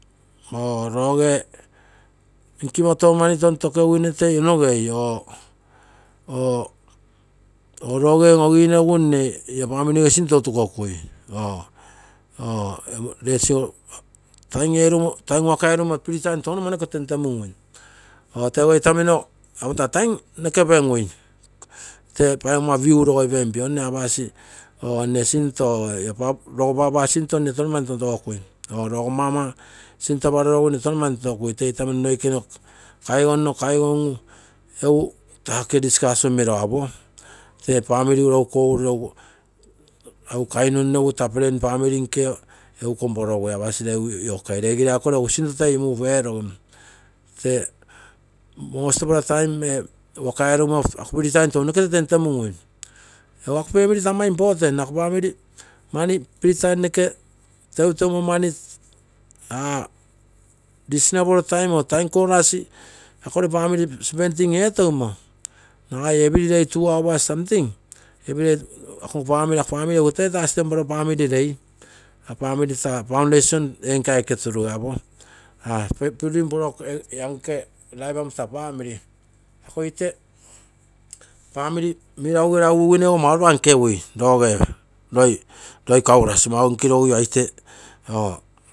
Oo roge akimo tou mani tontokeguine toi onogei oo lose on-oginogu mne ia famili ege sinto otukokui ee sigo taim waka eero gimo fee taim touno ama noko temtemumgui teguo itamino apo taa taim noke opengui tee paigomma piu losoipem pio mee apasi oo nne sinto oo ia logomma papa sinto mne touno mami tontogokui oi logo mma mama sinto aparorogu mne touno mani tonto gokui tee itamino noikeino kaigonno kaigongu taa oke liousi melagu apo fee famili lou kogururo egu kainonno egu taa plan famili nke egu komporogui apasi kainonno egu taa plan famili nke egu komporogui apasi lee oke lee lirakoro egu sinto toi move eerogim tee moo sepla taim ee waka eerosimo ako fee taim tounoke temtemumgui egu ako famili taa important ako famili mani fee taim noke teuteumo mani this sapoka time-time corners akogere famili spending eetogimo nagai ee fee day two hours samting ako famili egu toi taa stanpla famili rei. ako famili taa paun reisam enke aike turuge apo. Life amo taa famili ako ite famili melagugirai ugu uguine ogo mau lopa nkegui loge loi kauasi mau lopa nkoro aigou ia ite.